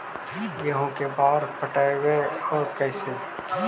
गेहूं के बार पटैबए और कैसे?